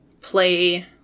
play